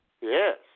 Yes